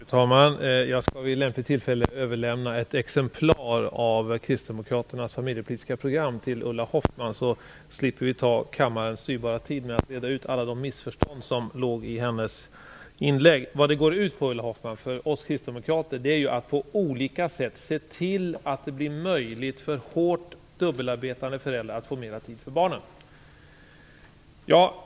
Fru talman! Jag skall vid lämpligt tillfälle överlämna ett exemplar av kristdemokraternas familjepolitiska program till Ulla Hoffmann, så slipper vi ta kammarens dyrbara tid till att reda ut alla missförstånd i hennes inlägg. Vad det går ut på för oss kristdemokrater, Ulla Hoffmann, är att på olika sätt se till att det blir möjligt för hårt dubbelarbetande föräldrar att få mer tid för barnen.